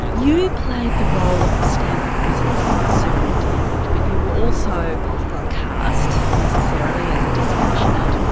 you you played the role of the stanford prison's superintendent but you were also cast necessarily as a dispassionate,